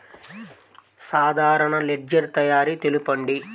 సాధారణ లెడ్జెర్ తయారి తెలుపండి?